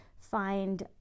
find